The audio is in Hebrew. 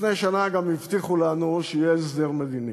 לפני שנה גם הבטיחו לנו שיהיה הסדר מדיני,